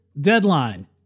deadline